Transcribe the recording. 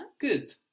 Good